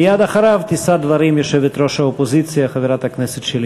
מייד אחריו תישא דברים יושבת-ראש האופוזיציה חברת הכנסת שלי